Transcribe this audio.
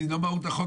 כי זה לא מהות החוק.